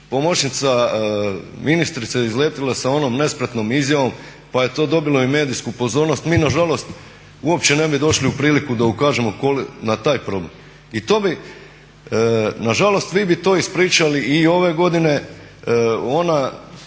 pomoćnica ministrice izletjela sa onom nespretnom izjavom pa je to dobilo i medijsku pozornost, mi nažalost uopće ne bi došli u priliku da ukažemo na taj problem. Nažalost, vi bi to ispričali i ove godine, ona